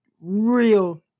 real